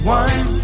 one